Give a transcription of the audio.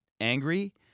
angry